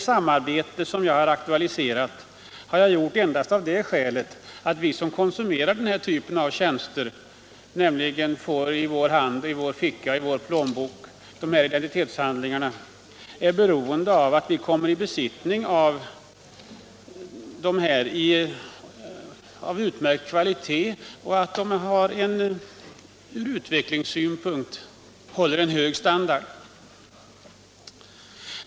Skälet till att jag aktualiserat frågan om ett samarbete är enbart att vi som konsumerar den typ av produkter som legitimationshandlingarna utgör är beroende av att dessa har en utmärkt kvalitet och att de från utvecklingssynpunkt håller en hög standard.